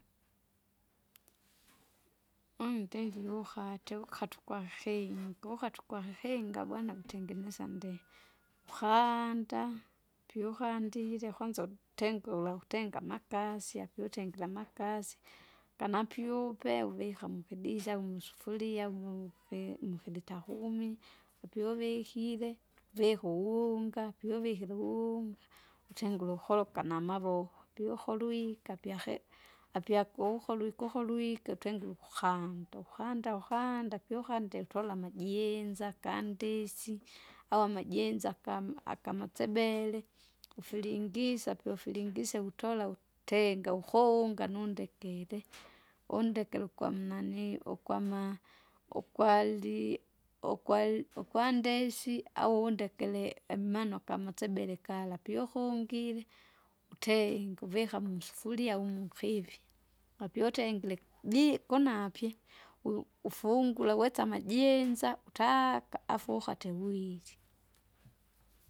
Untili uhate ukate ukwahinya kukata ukwakikinga bwana utengenesa ndii, ukaanda, piukandile kwanza u- tengula utenga amakasi akiutengire amakasi. Kanampyupe uvika mukidisa umusufuria umufe mukilita kumi, apiuvikire, uvika uwuunga, piuvikire uwuunga, utengule ukoloka namavoko, piuholwike apyahe! apyakukolwike ukolwike utengule ukukanda ukanda ukanda piukandile utola amajinza kandisi. Awa amajinza kama- akamatsebele, ufilingisa pyoufilingise wuvutola wu- tenga ukounga nundekele, undekele ukwamunanii ukwama! ukwari, ukwari- ukwandesi au undekere imano akamasebele kala piukungile. Utenga uvika musufuria umukivi, apyautengire bi- kunapye! wi- ufungule wetsa amajinza, utaka afu uhate wirye.